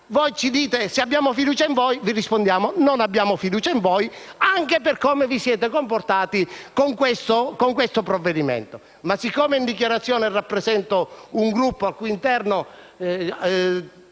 Ci chiedete se abbiamo fiducia in voi; vi rispondiamo: non abbiamo fiducia in voi, anche per come vi siete comportati con questo provvedimento. Ma siccome in dichiarazione di voto rappresento un Gruppo al cui interno